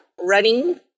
running